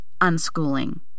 unschooling